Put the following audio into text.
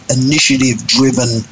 initiative-driven